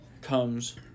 comes